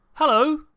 Hello